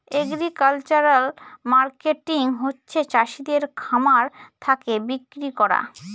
agricultural marketing হচ্ছে চাষিদের খামার থাকে বিক্রি করা